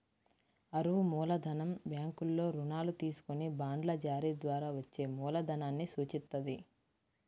అరువు మూలధనం బ్యాంకుల్లో రుణాలు తీసుకొని బాండ్ల జారీ ద్వారా వచ్చే మూలధనాన్ని సూచిత్తది